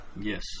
Yes